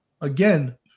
Again